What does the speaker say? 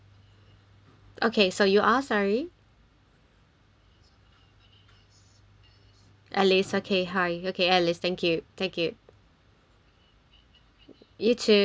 okay so you are sorry alice okay hi okay alice thank you thank you you too bye bye